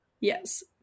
yes